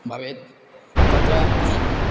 भवेत् तत्र